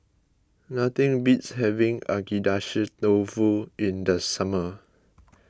nothing beats having Agedashi Dofu in the summer